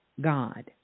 God